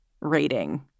rating